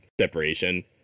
separation